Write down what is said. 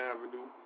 Avenue